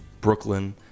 Brooklyn